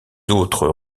autres